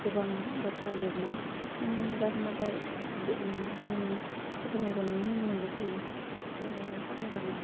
गोबां बाथ्रा लिरनाय बेनि अनगा नाथाइ बो जोङो गोथार मैखुन मोनजोबखायो गोथार मैखुन फरायबानो